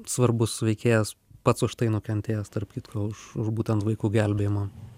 svarbus veikėjas pats už tai nukentėjęs tarp kitko už už būtent vaikų gelbėjimą